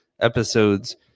episodes